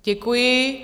Děkuji.